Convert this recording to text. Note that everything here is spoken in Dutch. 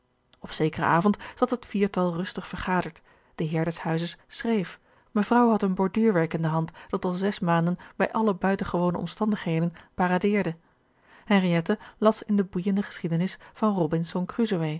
op zekeren avond zat het viertal rustig vergaderd de heer des huizes schreef mevrouw had een borduurwerk in de hand dat al zes maanden bij alle buitengewone omstandigheden paradeerde henriëtte las in de boeijende geschiedenis van